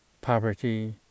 Poverty